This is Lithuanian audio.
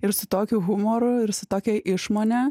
ir su tokiu humoru ir su tokia išmone